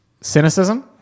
cynicism